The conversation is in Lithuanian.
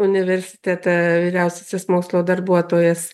universitete vyriausiasis mokslo darbuotojas